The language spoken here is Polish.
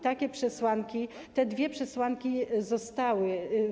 Takie przesłanki, te dwie przesłanki zostały.